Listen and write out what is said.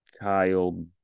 Kyle